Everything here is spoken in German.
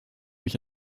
mich